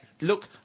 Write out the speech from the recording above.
look